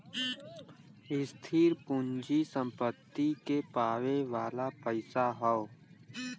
स्थिर पूँजी सम्पत्ति के पावे वाला पइसा हौ